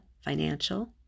financial